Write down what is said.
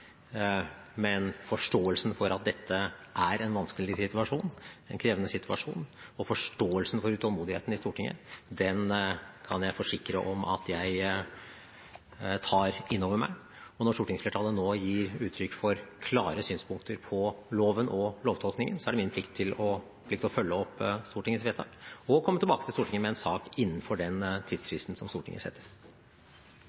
Men forståelsen for at dette er en vanskelig og krevende situasjon, og forståelsen for utålmodigheten i Stortinget, kan jeg forsikre om at jeg tar inn over meg. Og når stortingsflertallet nå gir uttrykk for klare synspunkter på loven og lovtolkningen, er det min plikt å følge opp Stortingets vedtak og komme tilbake til Stortinget med en sak innenfor den